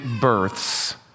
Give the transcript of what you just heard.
births